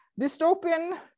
Dystopian